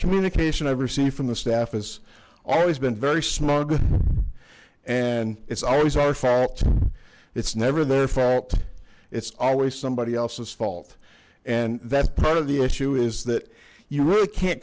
communication i've received from the staff has always been very smug and it's always our fault it's never their fault it's always somebody else's fault and that's part of the issue is that you really can't